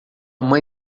mãe